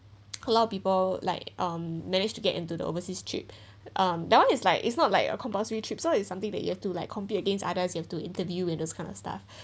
a lot of people like um managed to get into the overseas trip um that one is like it's not like a compulsory trip so it's something that you have to like compete against others you have to interview and those kind of stuff